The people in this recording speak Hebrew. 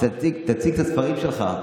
תציג את הספרים שלך.